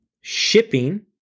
shipping